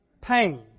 pain